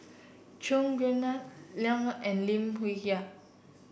Chua Gim Guan Jimmy Lim Yau and Lim Hwee Hua